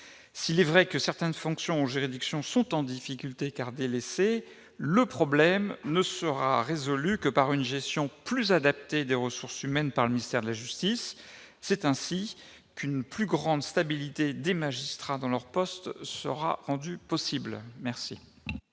S'il est vrai que certaines fonctions ou juridictions sont en difficulté, car elles sont délaissées, le problème ne sera résolu que par une gestion plus adaptée des ressources humaines par le ministère de la justice. C'est ainsi qu'une plus grande stabilité des magistrats dans leur poste sera possible. Quel